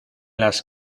las